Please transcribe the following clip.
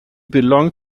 belonged